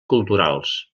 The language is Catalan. culturals